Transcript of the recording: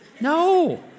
No